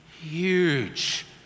huge